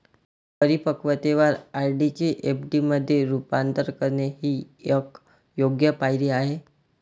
परिपक्वतेवर आर.डी चे एफ.डी मध्ये रूपांतर करणे ही एक योग्य पायरी आहे